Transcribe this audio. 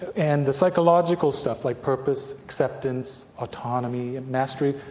and the psychological stuff like purpose, acceptance, autonomy, and mastery.